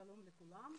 שלום לכולם,